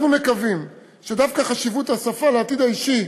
אנחנו מקווים שדווקא חשיבות השפה לעתיד האישי